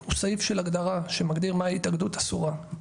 הוא סעיף של הגדרה שמגדיר מהי התאגדות אסורה,